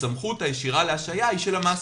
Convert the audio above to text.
הסמכות הישירה להשעיה היא של המעסיק,